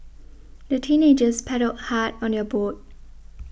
the teenagers paddled hard on their boat